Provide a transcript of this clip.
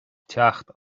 teacht